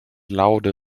louder